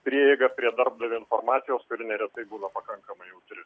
prieiga prie darbdavio informacijos ir neretai būna pakankamai jautri